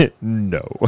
no